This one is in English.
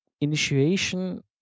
initiation